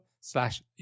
slash